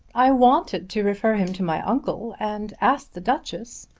i wanted to refer him to my uncle and asked the duchess.